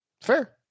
Fair